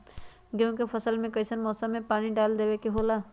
गेहूं के फसल में कइसन मौसम में पानी डालें देबे के होला?